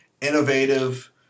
innovative